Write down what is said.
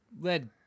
led